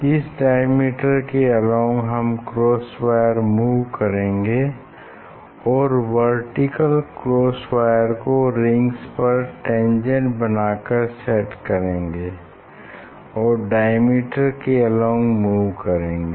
इस डायमीटर के अलोंग हम क्रॉस वायर मूव करेंगे और वर्टिकल क्रॉस वायर को रिंग्स पर टेंजेंट बनाकर सेट करेंगे और डायमीटर के अलोंग मूव करेंगे